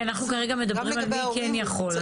כי אנחנו כרגע מדברים על מי כן יכול.